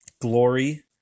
Glory